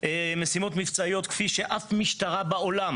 משימות מבצעיות כפי שאף משטרה בעולם